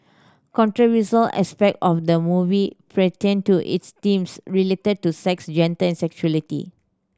controversial aspect of the movie pertained to its themes related to sex gender and sexuality